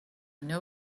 know